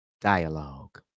dialogue